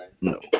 No